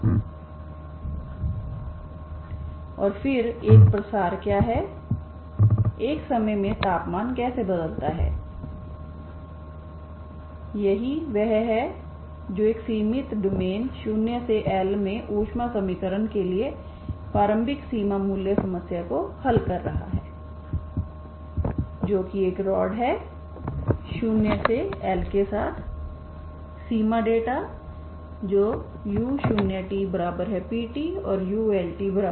और फिर एक प्रसार क्या है एक समय में तापमान कैसे बदलता है यही वह है जो एक सीमित डोमेन 0 से L में ऊष्मा समीकरण के लिए प्रारंभिक सीमा मूल्य समस्या को हल कर रहा है जो कि एक रॉड है 0 से L के साथ सीमा डेटा जो u0tp और uLtq है